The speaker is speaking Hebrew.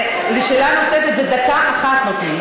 לשאלה נוספת דקה אחת נותנים.